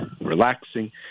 relaxing